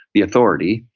the authority,